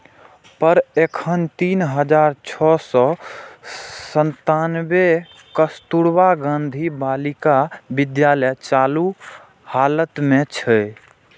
पर एखन तीन हजार छह सय सत्तानबे कस्तुरबा गांधी बालिका विद्यालय चालू हालत मे छै